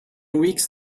weeks